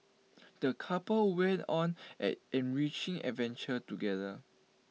the couple went on an enriching adventure together